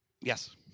Yes